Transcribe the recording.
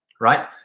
right